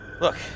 Look